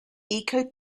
eco